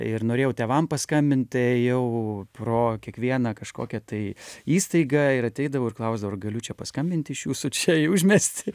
ir norėjau tėvam paskambint tai ėjau pro kiekvieną kažkokią tai įstaigą ir ateidavau ir klausdavau ar galiu čia paskambinti iš jūsų čia į užmiestį